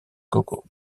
coco